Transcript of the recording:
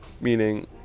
Meaning